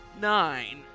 Nine